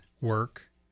work